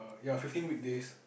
ya fifteen weekdays